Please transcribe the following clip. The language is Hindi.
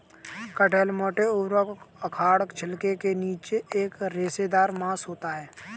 कटहल मोटे, ऊबड़ खाबड़ छिलके के नीचे एक रेशेदार मांस होता है